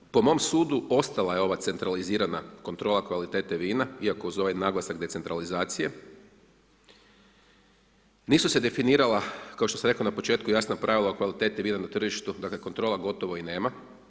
Dakle, po mom sudu, ostala je ova centralizirana kontrola kvalitete vina, ako uz ovaj naglasak decentralizacije, nisu se definirala, kao što sam rekao na početku, jasna pravila o kvaliteti vina na tržištu, dakle, kontrola gotov i nema.